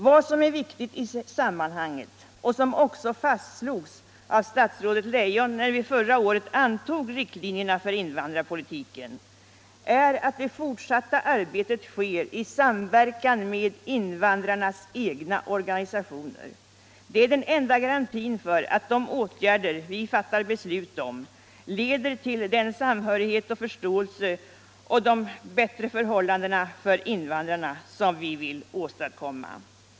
Vad som är viktigt i sammanhanget — och som också fastslogs av statsrådet Leijon när vi förra året antog riktlinjerna för invandrarpolitiken — är att det fortsatta arbetet sker i samverkan med invandrarnas egna organisationer. Det är den enda garantin för att de åtgärder vi fattar beslut om leder till den samhörighet och förståelse och de bättre förhållanden för invandrarna som vi vill åstadkomma.